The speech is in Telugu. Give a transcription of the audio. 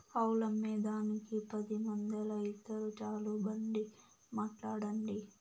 ఆవులమ్మేదానికి పది మందేల, ఇద్దురు చాలు బండి మాట్లాడండి